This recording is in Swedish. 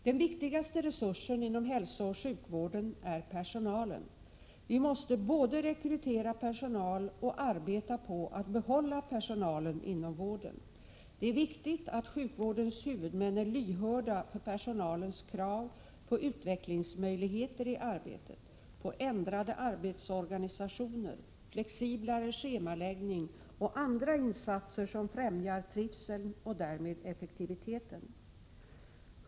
Den viktigaste resursen inom hälsooch sjukvården är personalen. Vi måste både rekrytera personal och arbeta på att behålla personalen inom vården. Det är viktigt att sjukvårdens huvudmän är lyhörda för personalens krav på utvecklingsmöjligheter i arbetet, på ändrade arbetsorganisationer, flexiblare schemaläggning och andra insatser som främjar trivseln och därmed effektiviteten.